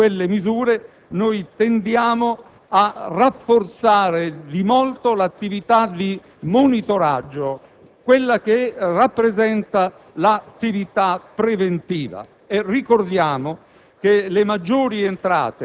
In continuità con quelle misure, tendiamo a rafforzare di molto l'attività di monitoraggio, che rappresenta l'attività preventiva. Ricordiamo